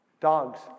Dogs